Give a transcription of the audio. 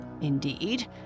indeed